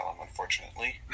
unfortunately